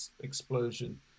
explosion